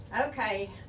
Okay